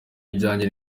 ibijyanye